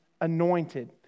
anointed